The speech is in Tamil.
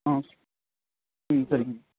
ஆ ம் சரிங்க